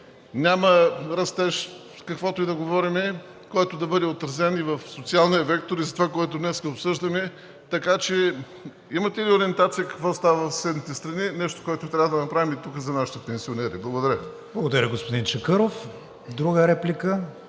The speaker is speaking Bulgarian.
няма растеж, каквото и да говорим, който да бъде отразен и в социалния сектор, и за това, което днес обсъждаме. Така че имате ли ориентация какво става в съседните страни – нещо, което трябва да направим и тук за нашите пенсионери? Благодаря Ви. ПРЕДСЕДАТЕЛ КРИСТИАН ВИГЕНИН: Благодаря, господин Чакъров. Друга реплика?